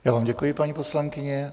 Já vám děkuji, paní poslankyně.